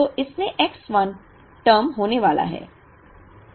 तो इसमें X 1 term होने वाला है